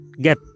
get